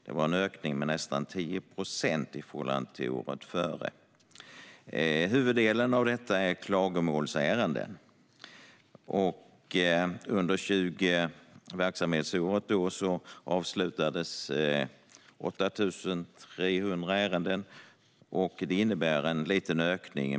Det var en ökning med nästan 10 procent i förhållande till året före, och huvuddelen var klagomålsärenden. Under verksamhetsåret avslutades 8 300 ärenden, och det innebär en liten ökning.